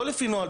לא לפי נוהל,